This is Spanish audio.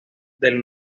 del